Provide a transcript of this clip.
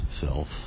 self